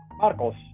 Marcos